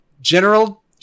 General